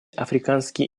африканские